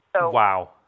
wow